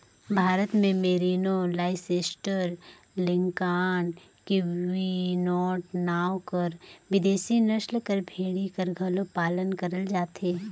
भारत में merino, Leicester, Lincoln, Cheviot नांव कर बिदेसी नसल कर भेड़ी कर घलो पालन करल जाथे